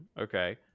Okay